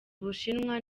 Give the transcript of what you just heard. bushinwa